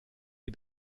die